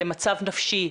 למצב נפשי,